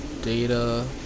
data